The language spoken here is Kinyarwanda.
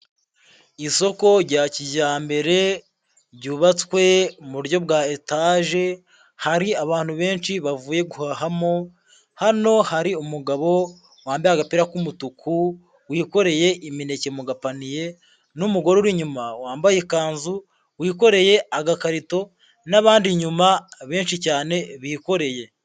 Isoko rya kijyambere ryubatswe mu buryo bwa etaje, hari abantu benshi bavuye guhahamo, hano hari umugabo wambaye agapira k'umutuku wikoreye imineke mu gapaniye n'umugore uri inyuma wambaye ikanzu, wikoreye agakarito n'abandi inyuma benshi cyane bikoreye.